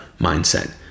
mindset